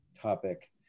topic